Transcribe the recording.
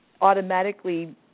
automatically